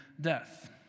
death